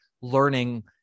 learning